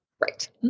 Right